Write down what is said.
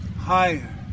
higher